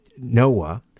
noah